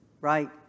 right